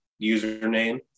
username